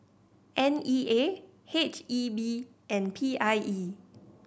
N E A H E B and P I E